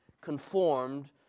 conformed